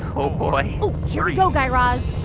oh, boy here we go, guy raz